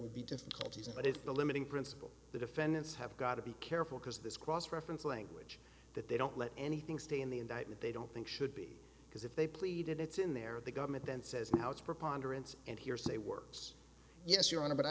will be difficulties but it's the limiting principle the defendants have got to be careful because this cross reference language that they don't let anything stay in the indictment they don't think should be because if they pleaded it's in there the government then says now it's preponderance and hearsay works yes your honor but i